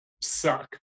suck